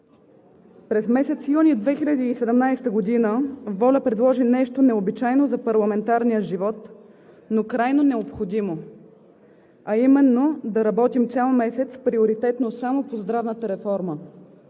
През месец юни 2017 г. ВОЛЯ предложи нещо необичайно за парламентарния живот, но крайно необходимо, а именно да работим цял месец приоритетно само по здравната реформа,